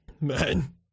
man